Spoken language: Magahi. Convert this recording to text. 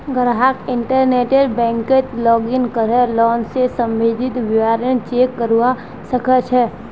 ग्राहक इंटरनेट बैंकिंगत लॉगिन करे लोन स सम्बंधित विवरण चेक करवा सके छै